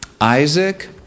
Isaac